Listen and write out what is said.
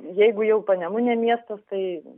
jeigu jau panemunė miestas tai